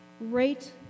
Rate